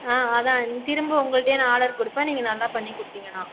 ஆ அதான் திரும்ப உங்ககிட்டயே நான் ஆர்டர் கொடுப்பேன் நீங்கள் நல்லா பண்ணி கொடுத்தீங்கன்னா